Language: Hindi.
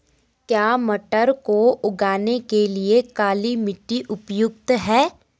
क्या मटर को उगाने के लिए काली मिट्टी उपयुक्त है?